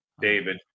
David